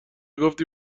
گفتی